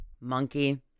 monkey